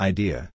Idea